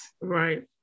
Right